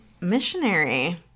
missionary